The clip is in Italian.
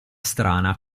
strana